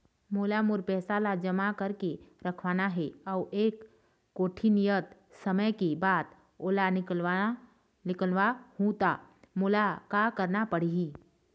मोला मोर पैसा ला जमा करके रखवाना हे अऊ एक कोठी नियत समय के बाद ओला निकलवा हु ता मोला का करना पड़ही?